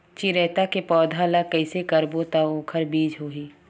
चिरैता के पौधा ल कइसे करबो त ओखर बीज होई?